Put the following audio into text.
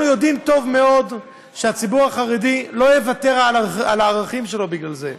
אנחנו יודעים טוב מאוד שהציבור החרדי לא יוותר על הערכים שלו בגלל זה,